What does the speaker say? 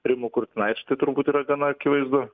rimu kurtinaičiu tai turbūt yra gana akivaizdu